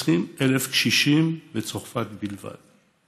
20,000 קשישים בצרפת בלבד.